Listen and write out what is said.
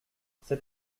cet